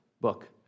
book